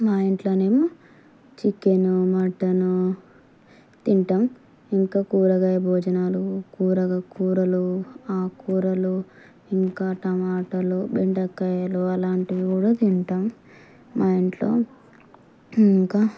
మా ఇంట్లో ఏమో చికెన్ మటన్ తింటాము ఇంకా కూరగాయ భోజనాలు కూర కూరలు ఆకుకూరలు ఇంకా టమాటలు బెండకాయలు అలాంటివి కూడా తింటాము మా ఇంట్లో ఇంకా